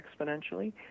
exponentially